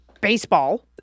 baseball